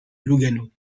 lugano